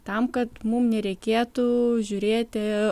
tam kad mum nereikėtų žiūrėti